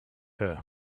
her